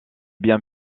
biens